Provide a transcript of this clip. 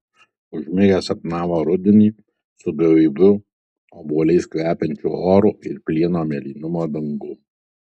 užmigęs sapnavo rudenį su gaiviu obuoliais kvepiančiu oru ir plieno mėlynumo dangum